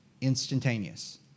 instantaneous